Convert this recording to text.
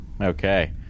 Okay